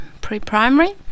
pre-primary